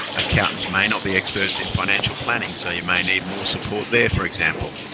accountants may not be experts in financial planning, so you may need more support there for example